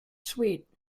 sweet